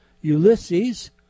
Ulysses